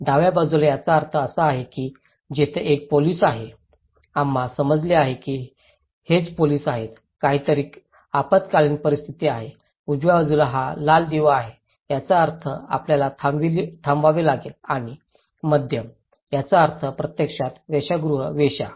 डाव्या बाजूला याचा अर्थ असा आहे की तेथे एक पोलिस आहे आम्हाला समजले आहे की हेच पोलिस आहे काहीतरी आपत्कालीन परिस्थिती आहे उजव्या बाजूला हा लाल दिवा आहे ज्याचा अर्थ आपल्याला थांबवावे लागेल आणि मध्यम याचा अर्थ प्रत्यक्षात वेश्यागृह वेश्या